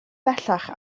bellach